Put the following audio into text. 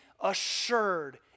assured